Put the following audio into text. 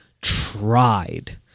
tried